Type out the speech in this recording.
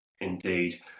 Indeed